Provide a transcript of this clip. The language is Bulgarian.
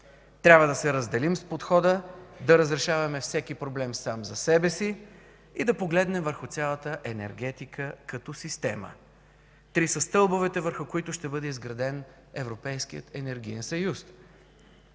Трябва да се разделим с подхода да разрешаваме всеки проблем сам за себе си и да погледнем върху цялата енергетика като система. Три са стълбовете, върху които ще бъде изграден Европейският енергиен съюз